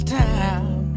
time